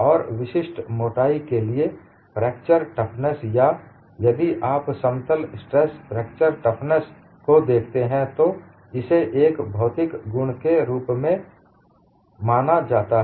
और विशिष्ट मोटाई के लिए फ्रैक्चर टफनेस या यदि आप समतल स्ट्रेस फ्रैक्चर टफनेस को देखते हैं तो इसे एक भौतिक गुण के रूप में माना जाता है